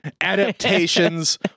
adaptations